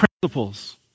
principles